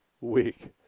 week